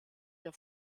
der